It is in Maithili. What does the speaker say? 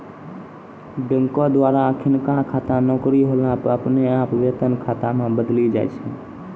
बैंको द्वारा अखिनका खाता नौकरी होला पे अपने आप वेतन खाता मे बदली जाय छै